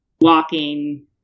walking